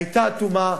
היתה אטומה.